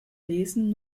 lesen